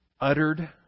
uttered